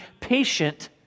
patient